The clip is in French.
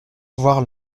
voir